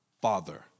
Father